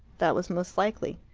that was most likely.